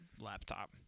laptop